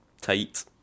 Tight